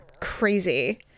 Crazy